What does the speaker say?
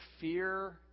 fear